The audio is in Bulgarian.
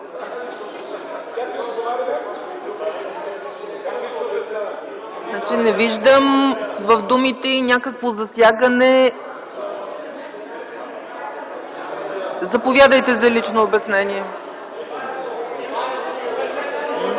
Не виждам в думите й някакво засягане... Заповядайте за лично обяснение,